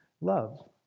love